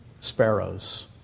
sparrows